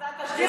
זה התשדיר